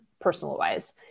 personal-wise